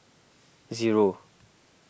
zero